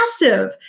massive